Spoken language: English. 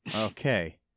Okay